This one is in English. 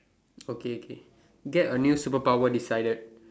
okay okay get a new superpower decided